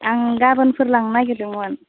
आं गाबोनफोर लांनो नागिरदोंमोन